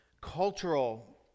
cultural